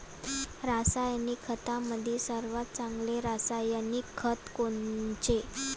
रासायनिक खतामंदी सर्वात चांगले रासायनिक खत कोनचे?